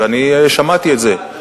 ואני שמעתי את זה,